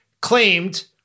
claimed